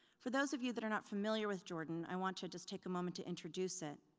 for those of you that are not familiar with jordan, i want to just take a moment to introduce it.